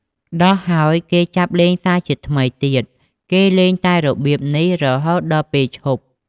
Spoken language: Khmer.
ដោះហើយគេចាប់លេងសាជាថ្មីទៀត គេលេងតែរបៀបនេះរហូតដល់ពេលឈប់។